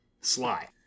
sly